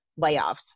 layoffs